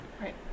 Right